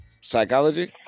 Psychology